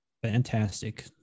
Fantastic